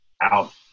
out